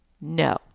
no